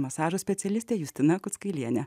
masažo specialistė justina kuckailienė